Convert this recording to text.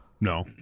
No